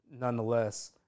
nonetheless